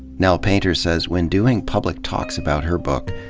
nell painter says when doing public ta lks about her book,